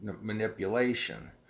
manipulation